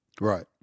Right